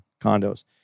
condos